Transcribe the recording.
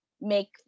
make